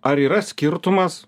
ar yra skirtumas